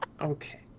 Okay